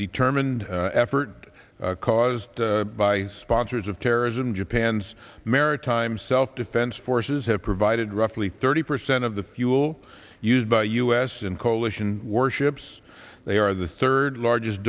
determined effort caused by sponsors of terrorism japan's maritime self defense forces have provided roughly thirty percent of the fuel used by u s and coalition warships they are the third largest